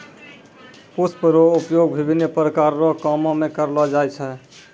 पुष्प रो उपयोग विभिन्न प्रकार रो कामो मे करलो जाय छै